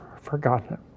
forgotten